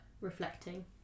reflecting